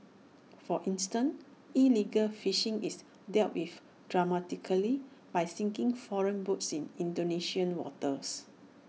for instance illegal fishing is dealt with dramatically by sinking foreign boats in Indonesian waters